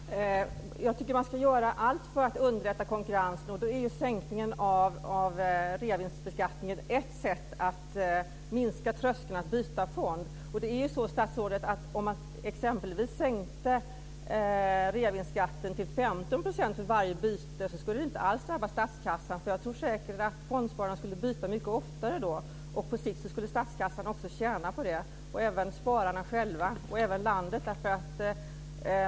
Fru talman! Jag tycker att man ska göra allt för att underlätta konkurrensen, och då är ju sänkningen av reavinstbeskattningen ett sätt att minska tröskeln för fondbyte. Om man sänkte reavinstbeskattningen till 15 % för varje byte skulle det inte alls drabba statskassan. Jag tror säkert att fondspararna då skulle byta fonder mycket oftare. På sikt skulle statskassan, spararna själva och även landet tjäna på det.